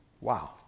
Wow